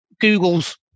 Google's